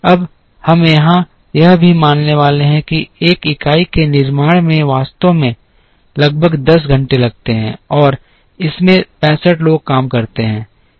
अब हम यहां यह भी मानने वाले हैं कि एक इकाई के निर्माण में वास्तव में लगभग 10 घंटे लगते हैं और इसमें 65 लोग काम करते हैं